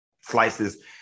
slices